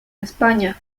españa